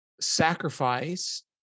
sacrifice